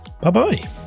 bye-bye